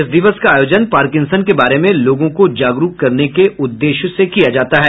इस दिवस का आयोजन पार्किंसन के बारे में लोगों को जागरूक करने के उद्देश्य से किया जाता है